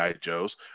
Joes